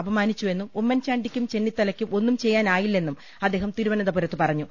അപമാനിച്ചുവെന്നും ഉമ്മൻചാ ണ്ടിയ്ക്കും ചെന്നിത്തലയ്ക്കും ഒന്നും ചെയ്യാനായില്ലെന്നും അദ്ദേഹം തിരു വനന്തപുരത്ത് പറഞ്ഞു